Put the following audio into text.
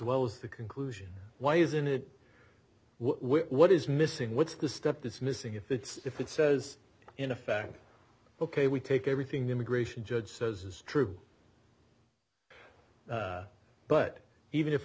well as the conclusion why isn't it what is missing what's the step this missing if it's if it says in effect ok we take everything immigration judge says is true but even if